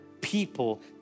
people